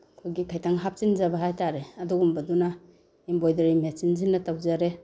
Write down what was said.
ꯑꯗꯨꯒꯤ ꯈꯤꯇꯪ ꯍꯥꯞꯆꯤꯟꯖꯕ ꯍꯥꯏꯇꯔꯦ ꯑꯗꯨꯒꯨꯝꯕꯗꯨꯅ ꯏꯝꯕꯣꯏꯗꯔꯤ ꯃꯦꯆꯤꯟꯁꯤꯅ ꯇꯧꯖꯔꯦ